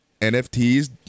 NFTs